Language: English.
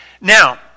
Now